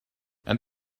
and